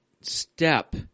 step